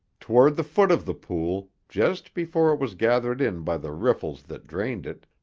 toward the foot of the pool, just before it was gathered in by the riffles that drained it,